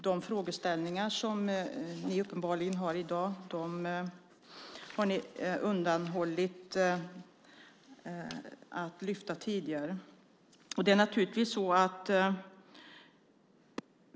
De frågeställningar som ni uppenbarligen har i dag har ni avstått från att lyfta upp tidigare.